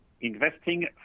investing